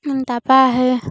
তাৰপৰা আহে